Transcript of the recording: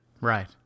Right